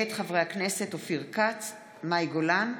מאת חברת הכנסת תמר זנדברג,